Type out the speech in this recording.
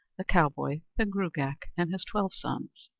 the cowboy, the gruagach, and his twelve sons.